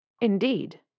Indeed